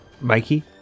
Mikey